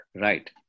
Right